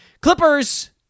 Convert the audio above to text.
Clippers